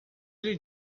lhe